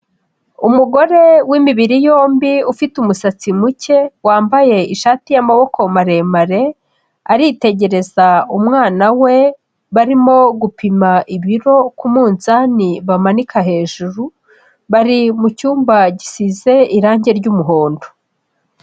Umugore w'imibiri yombi ufite umusatsi muke, wambaye ishati y'amaboko maremare, aritegereza umwana we, barimo gupima ibiro ku munzani bamanika hejuru, bari mu cyumba gisize irangi ry'umuhondo.